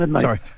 Sorry